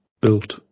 built